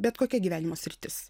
bet kokia gyvenimo sritis